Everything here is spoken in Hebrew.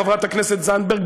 חברת הכנסת זנדברג,